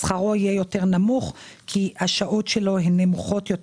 שכרו יהיה יותר נמוך כי השעות שלו הן נמוכות יותר.